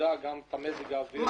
שידע גם מה מזג האוויר,